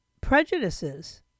prejudices